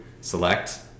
select